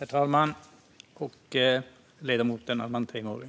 Herr talman! Jag ställer samma fråga till ledamoten Arman Teimouri